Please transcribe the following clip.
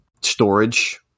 storage